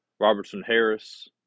Robertson-Harris